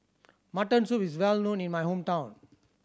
mutton soup is well known in my hometown